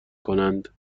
کنند